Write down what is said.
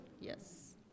Yes